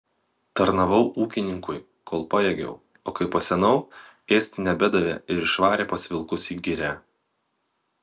tarnavau ūkininkui kol pajėgiau o kai pasenau ėsti nebedavė ir išvarė pas vilkus į girią